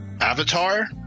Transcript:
avatar